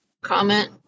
comment